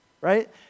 right